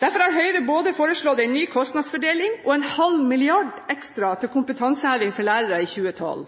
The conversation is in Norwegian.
Derfor har Høyre foreslått både en ny kostnadsfordeling og en halv milliard ekstra til kompetanseheving for lærere i 2012.